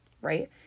right